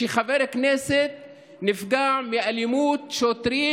שחבר כנסת נפגע מאלימות שוטרים,